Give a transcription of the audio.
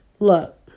Look